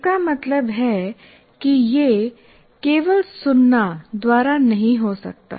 इसका मतलब है कि यह केवल सुनना द्वारा नहीं हो सकता